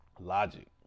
logic